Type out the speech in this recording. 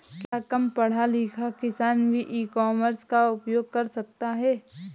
क्या कम पढ़ा लिखा किसान भी ई कॉमर्स का उपयोग कर सकता है?